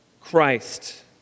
Christ